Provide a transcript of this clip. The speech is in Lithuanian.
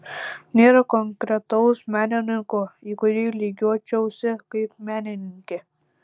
nėra konkretaus menininko į kurį lygiuočiausi kaip menininkė